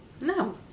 No